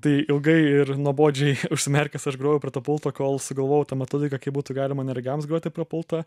tai ilgai ir nuobodžiai užsimerkęs aš grojau prie to pulto kol sugalvojau tą metodiką kaip būtų galima neregiams groti prie pulto